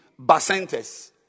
Basantes